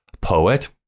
poet